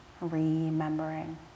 Remembering